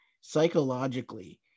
psychologically